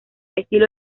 estilo